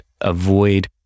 avoid